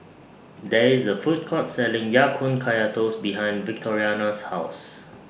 There IS A Food Court Selling Ya Kun Kaya Toast behind Victoriano's House